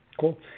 Cool